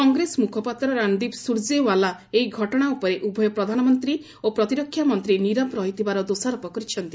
କଂଗ୍ରେସ ମୁଖପାତ୍ର ରଣଦୀପ ସୁରଚ୍ଚେଓ୍ୱାଲା ଏହି ଘଟଣା ଉପରେ ଉଭୟ ପ୍ରଧାନମନ୍ତ୍ରୀ ଓ ପ୍ରତିରକ୍ଷା ମନ୍ତ୍ରୀ ନିରବ ରହିଥିବାର ଦୋଷାରୋପ କରିଛନ୍ତି